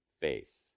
faith